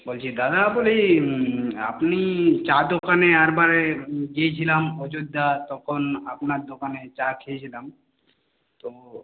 বলছি দাদা আপনি আপনি চা দোকানে আরবারে গিয়েছিলাম অযোধ্যা তখন আপনার দোকানে চা খেয়েছিলাম তো